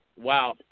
Wow